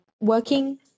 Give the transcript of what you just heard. working